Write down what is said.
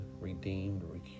redeemed